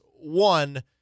one